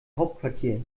hauptquartier